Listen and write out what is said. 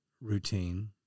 routine